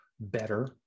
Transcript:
better